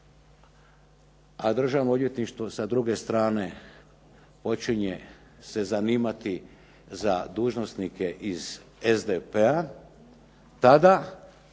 a Državno odvjetništvo sa druge strane počinje se zanimati za dužnosnike SDP-a tada